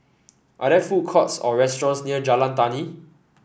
are there food courts or restaurants near Jalan Tani